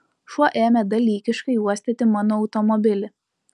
šuo ėmė dalykiškai uostyti mano automobilį